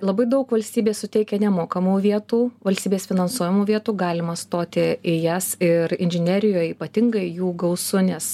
labai daug valstybė suteikia nemokamų vietų valstybės finansuojamų vietų galima stoti į jas ir inžinerijoj ypatingai jų gausu nes